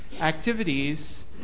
activities